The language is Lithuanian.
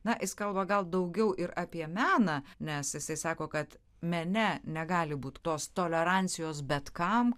na jis kalba gal daugiau ir apie meną nes jisai sako kad mene negali būti tos tolerancijos bet kam